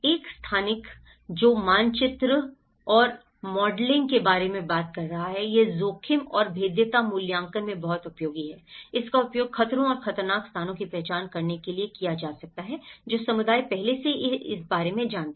एक स्थानिक है जो मानचित्रण और मॉडलिंग के बारे में बात कर रहा है यह जोखिम और भेद्यता मूल्यांकन में बहुत उपयोगी है इसका उपयोग खतरों और खतरनाक स्थानों की पहचान करने के लिए किया जा सकता है जो समुदाय पहले से ही इस बारे में जानते हैं